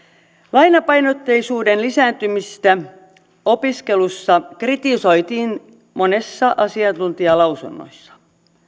lainapainotteisuuden lisääntymistä opiskelussa kritisoitiin monissa asiantuntijalausunnoissa